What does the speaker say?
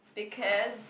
because